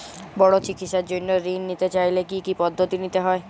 বড় চিকিৎসার জন্য ঋণ নিতে চাইলে কী কী পদ্ধতি নিতে হয়?